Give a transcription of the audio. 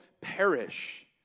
perish